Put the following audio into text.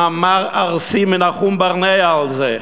במאמר ארסי של נחום ברנע על זה.